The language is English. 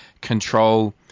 control